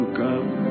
come